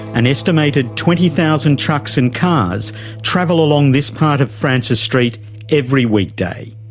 an estimated twenty thousand trucks and cars travel along this part of francis st every weekday.